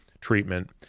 treatment